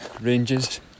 ranges